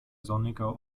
sonniger